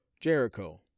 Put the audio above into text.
jericho